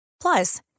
Plus